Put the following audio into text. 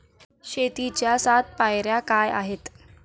शेतीच्या सात पायऱ्या काय आहेत?